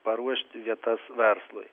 paruošti vietas verslui